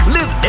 Live